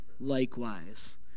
likewise